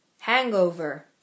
Hangover